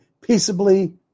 peaceably